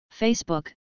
Facebook